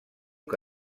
que